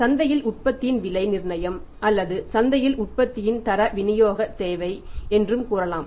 சந்தையில் உற்பத்தியின் விலை நிர்ணயம் அல்லது சந்தையில் உற்பத்தியின் தர விநியோக தேவை என்று கூறலாம்